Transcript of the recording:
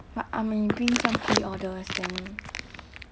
but I may be doing some pre order then